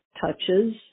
touches